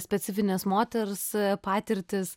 specifines moters patirtis